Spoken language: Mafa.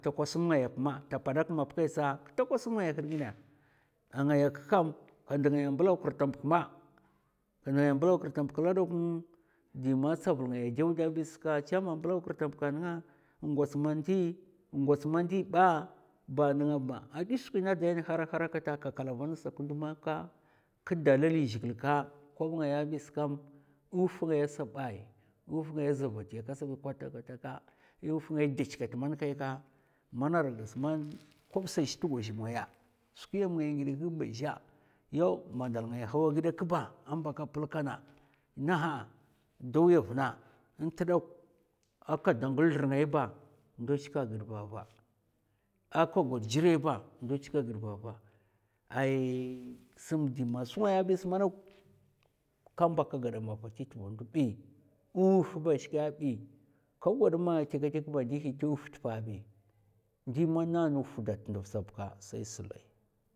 Takwas mu ngaya kma ta padak map kai tsa, ktakwas mu ngaya hèɓ gina a ngaya kkam ka nd'ngaya blaw kir ta'mbk ma. ka nd'ngaya blaw kir ta'mbk kla da kun di man tsavul ngaya a dèw da bi ska cha man mblaw kir ta'mbk nènga ngwats mandi, ngwats mandi'aa nènga ba nènga ba a ɓish skwina a daina harahara kata. kalava ngasa kndu maka kdalali zhigèl ka kob ngaya ais kam. nwuf ngaya sabai nwuf ngaya za vati ka sabi kwatakwata ka nwuf ngay dch man kai ka, mana gas kam kob sa zhè t'gwazèm ngaya zhè skwi yam ngai ngèdè kè ba zhè, yaw mandal ngaya hawa gida kba a. mba ka plkana, naha'a do'wuya vna ntdok a kada ngul zlr ngaya vna ndo shika gid vava, a ka gwad gèri ba ndo chika gid vava, ai sm di man su ngaya bi sma dok ka mba ka gadama vati tva ndu bi, nwuf ba shiks bi, ka gwad ma tèkètèk ba ndihi tè wuf tpa bi, ndi mana wuf dad ndv sa bka sai sulèi.